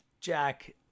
Jack